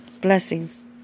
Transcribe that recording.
Blessings